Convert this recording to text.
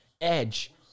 Edge